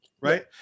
right